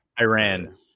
Iran